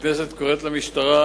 הכנסת קוראת למשטרה,